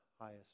highest